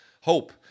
hope